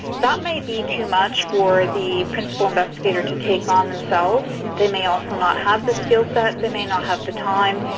that may be too much for the principal investigator to take on themselves. they may also not have the skill set. they may not have the time.